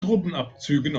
truppenabzügen